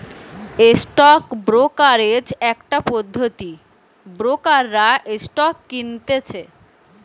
stock brokerage একটা পদ্ধতি ব্রোকাররা স্টক কিনতেছে